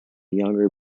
younger